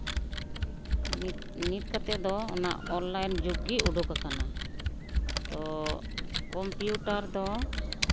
ᱱᱤᱫ ᱠᱟᱛᱮᱫ ᱫᱚ ᱚᱱᱟ ᱚᱱᱞᱟᱭᱤᱱ ᱡᱩᱜᱽ ᱜᱮ ᱩᱰᱩᱠ ᱠᱟᱱᱟ ᱛᱚ ᱠᱚᱢᱯᱤᱭᱩᱴᱟᱨ ᱫᱚ